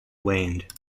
waned